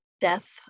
death